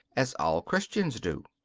as all christians do.